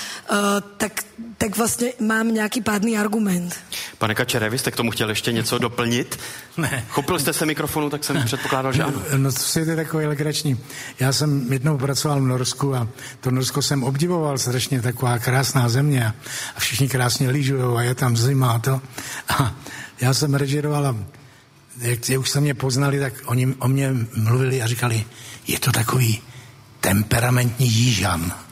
Eh, tak- tak vlastně mám nějaký pádný argument. Pane Kačere, vy jste k tomu chtěl ještě něco doplnit? Ne. Chopil jste se mikrofonu, tak jsem předpokládal, že ano. No, co si je to takový legrační? Já jsem jednou pracoval v Norsku a to Norsko jsem obdivoval strašně, taková krásná země a všichni krásně lyžujou a je tam zima a to. A já jsem režíroval a jak- jak už se mě poznali, tak oni o mně mluvili a říkali, "Je to takový temperamentní jižan."